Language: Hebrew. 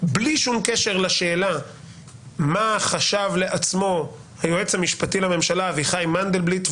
בלי שום קשר לשאלה מה חשב לעצמו היועץ המשפטי לממשלה אביחי מנדלבליט,